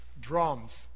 drums